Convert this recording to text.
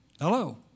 Hello